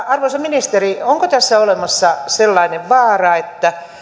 arvoisa ministeri onko tässä olemassa sellainen vaara että